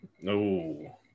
No